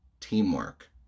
teamwork